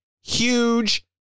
huge